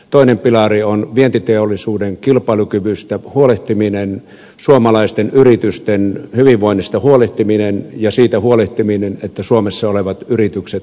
toinen pilari on vientiteollisuuden kilpailukyvystä huolehtiminen suomalaisten yritysten hyvinvoinnista huolehtiminen ja siitä huolehtiminen että suomessa olevat yritykset näyttävät tulosta